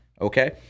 Okay